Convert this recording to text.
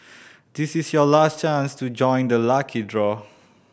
this is your last chance to join the lucky draw